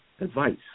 advice